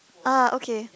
ah okay